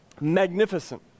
magnificent